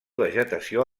vegetació